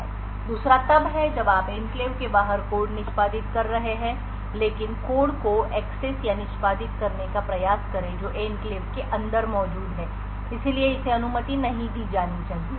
दूसरा तब है जब आप एन्क्लेव के बाहर कोड निष्पादित कर रहे हैं लेकिन कोड को एक्सेस या निष्पादित करने का प्रयास करें जो एन्क्लेव के अंदर मौजूद है इसलिए इसे अनुमति नहीं दी जानी चाहिए